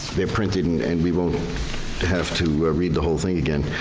they're printed and and we won't have to read the whole thing again.